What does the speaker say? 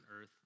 earth